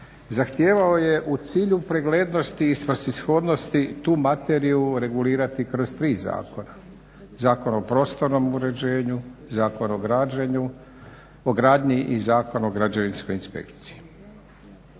zahtijevao je u cilju preglednosti i svrsishodnosti tu materiju regulirati kroz tri zakona – Zakon o prostornom uređenju, Zakon o građenju, o gradnji i Zakon o građevinskoj inspekciji.